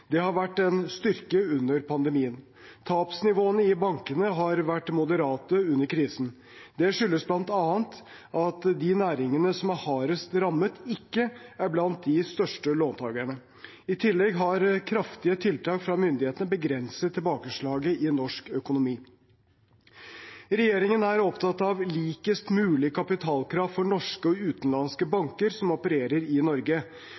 Det har vært en styrke under pandemien. Tapsnivåene i bankene har vært moderate under krisen. Det skyldes bl.a. at de næringene som er hardest rammet, ikke er blant de største låntagerne. I tillegg har kraftige tiltak fra myndighetene begrenset tilbakeslaget i norsk økonomi. Regjeringen er opptatt av likest mulig kapitalkrav for norske og utenlandske banker som opererer i Norge,